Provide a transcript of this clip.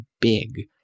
big